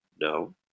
No